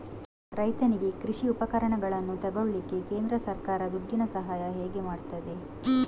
ರೈತನಿಗೆ ಕೃಷಿ ಉಪಕರಣಗಳನ್ನು ತೆಗೊಳ್ಳಿಕ್ಕೆ ಕೇಂದ್ರ ಸರ್ಕಾರ ದುಡ್ಡಿನ ಸಹಾಯ ಹೇಗೆ ಮಾಡ್ತದೆ?